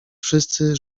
wszyscy